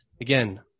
again